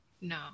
no